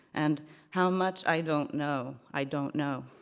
and how much i don't know, i don't know.